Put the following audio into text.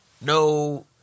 No